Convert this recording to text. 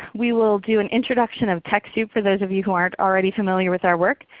we will do an introduction of techsoup for those of you who aren't already familiar with our work.